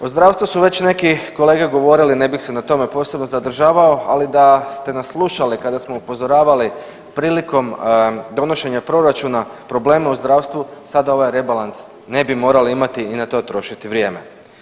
O zdravstvu su već neki kolege govorili, ne bih se na tome posebno zadržavao, ali da ste nas slušali kada smo upozoravali prilikom donošenja proračuna probleme u zdravstvu sada ovaj rebalans ne bi morali imati i na to trošit vrijeme.